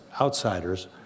outsiders